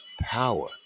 power